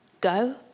Go